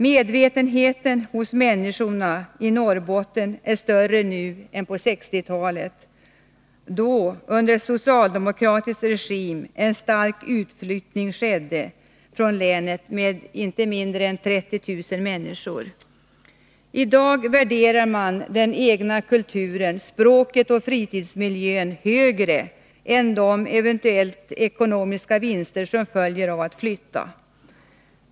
Medvetenheten hos människorna i Norrbotten är större nu än på 1960-talet, då under socialdemokratisk regim en stark utflyttning skedde från länet med inte mindre än 30 000 människor. I dag värderar man den egna kulturen, språket och fritidsmiljön högre än de eventuella ekonomiska vinster som följer av att flytta.